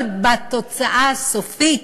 אבל בתוצאה הסופית,